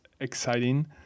exciting